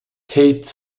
tate